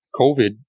COVID